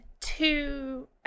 two